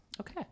Okay